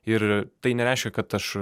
ir tai nereiškia kad aš